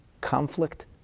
conflict